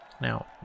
now